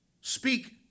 Speak